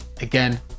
again